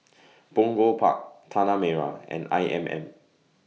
Punggol Park Tanah Merah and I M M